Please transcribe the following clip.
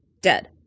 dead